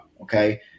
Okay